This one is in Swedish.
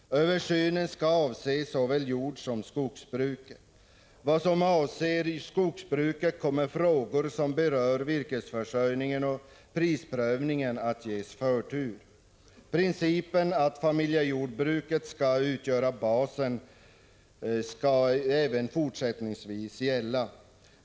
Översynen skall avse såväl jordsom skogsbruket. Vad avser skogsbruket kommer frågor som berör virkesförsörjningen och prisprövningen att ges förtur. Principen att familjejordbruket skall utgöra basen skall även fortsättningsvis gälla.